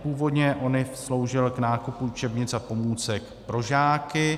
Původně ONIV sloužil k nákupu učebnic a pomůcek pro žáky.